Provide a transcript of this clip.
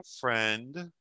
friend